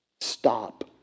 Stop